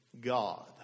God